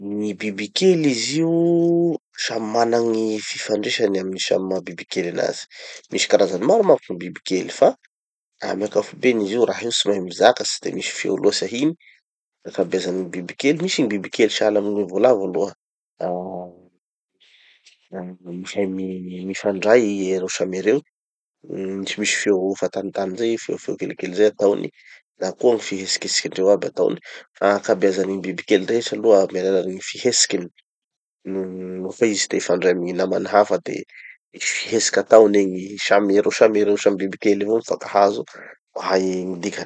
Gny bibikely izy io samy mana gny fifandraisany amy gny samy maha bibikely anazy. Misy karazany maro manko gny bibikely fa amy ankapobeny izy io raha io tsy mahay mizaka tsy de misy feo loatsy ahiny, gn'ankabeazan'ny gny bibikely. Misy gny bibikely sahala amy gny voalavo aloha, aaahh, mahay mifandray ereo samy ereo, uhm misimisy feo fahatanitany zay, feofeo kelikely zay atao, na koa fihetsikindreo aby ataony. Ankabeazan'ny gny bibikely rehetra aloha, amin'ny alalan'ny gny fihetsikiny, no- nofa izy te hifandray amy gny namany hafa de misy fihetsiky ataony egny. Samy ereo samy ereo samy bibikely avao mifankahazo mahay gny dikany.